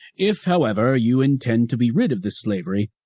if, however, you intend to be rid of this slavery,